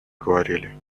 говорили